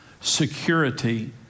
security